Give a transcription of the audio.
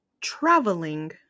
traveling